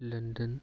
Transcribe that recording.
London